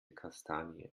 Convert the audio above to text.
kastanie